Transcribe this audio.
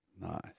Nice